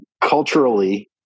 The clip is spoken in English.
culturally